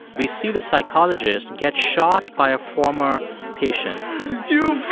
we see the psychologist get shot by a former patient you